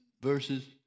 verses